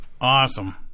Awesome